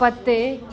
पते